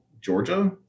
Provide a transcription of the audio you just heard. Georgia